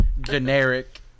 generic